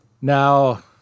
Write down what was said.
Now